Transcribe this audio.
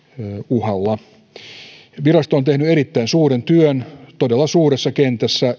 uhalla virasto on tehnyt erittäin suuren työn todella suuressa kentässä ja